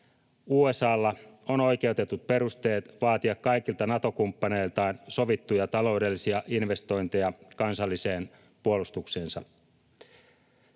USA:lla on oikeutetut perusteet vaatia kaikilta Nato-kumppaneiltaan sovittuja taloudellisia investointeja kansalliseen puolustukseensa.